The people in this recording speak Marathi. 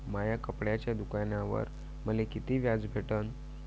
माया कपड्याच्या दुकानावर मले कितीक व्याज भेटन?